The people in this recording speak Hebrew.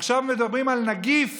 עכשיו מדברים על נגיף